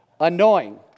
annoying